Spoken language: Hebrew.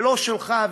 ולא שלך,